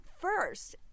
first